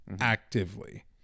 Actively